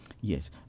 Yes